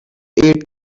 aid